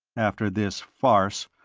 after this farce,